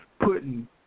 putting